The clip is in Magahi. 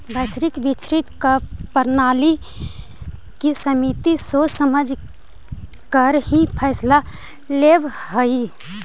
वैश्विक वित्तीय प्रणाली की समिति सोच समझकर ही फैसला लेवअ हई